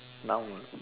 noun